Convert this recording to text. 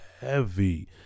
heavy